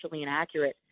inaccurate